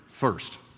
first